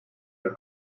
der